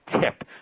tip